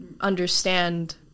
understand